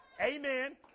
Amen